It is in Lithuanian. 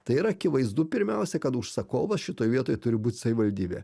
tai yra akivaizdu pirmiausia kad užsakovas šitoj vietoj turi būt savivaldybė